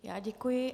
Já děkuji.